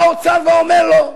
בא האוצר ואומר לו: